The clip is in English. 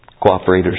cooperators